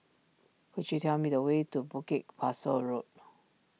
could you tell me the way to Bukit Pasoh Road